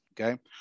Okay